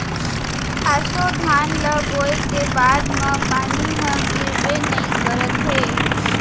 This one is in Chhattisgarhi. ऑसो धान ल बोए के बाद म पानी ह गिरबे नइ करत हे